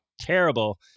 terrible